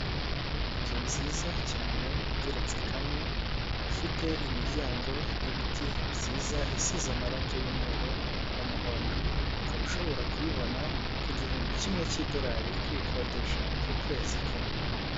Inzu nziza cyane igeretse kane ifite imiryango y'ibiti byiza isize amarangi y'mweru n'umuhondo, ukaba ushobora kuyibona ku gihumbi kimwe cy'idorari kuyikodesha ku kwezi kumwe.